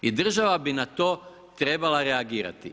I država bi na to trebala reagirati.